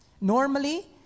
Normally